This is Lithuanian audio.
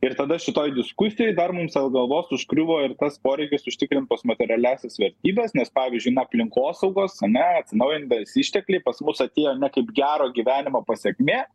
ir tada šitoj diskusijoj dar mums ant galvos užgriuvo ir tas poreikis užtikrint post materialiąsias vertybes nes pavyzdžiui aplinkosaugos ane atsinaujinantys ištekliai pas mus atėjo ne kaip gero gyvenimo pasekmė